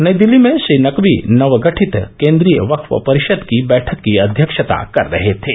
नई दिल्ली में श्री नकवी नवगठित केन्द्रीय वक्फ परिषद की बैठक की अध्यक्षता कर रहे थे